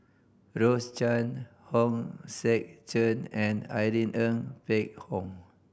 Rose Chan Hong Sek Chern and Irene Ng Phek Hoong